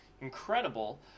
incredible